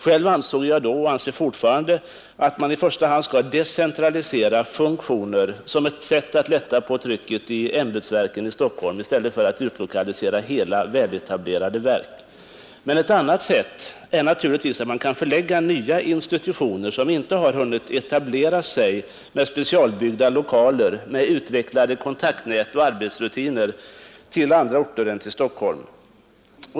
Själv ansåg jag då och anser fortfarande att man i första hand skall decentralisera funktioner som ett sätt att lätta på trycket i ämbetsverk i Stockholm i stället för att utlokalisera hela väletablerade verk. Ett annat sätt är naturligtvis att man kan förlägga nya institutioner, som ännu inte hunnit etablera sig med specialbyggda lokaler, utvecklade kontaktnät och arbetsrutiner, till andra orter än till Stockholm.